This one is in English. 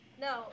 No